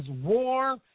war